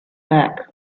back